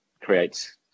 creates